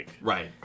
Right